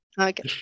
Okay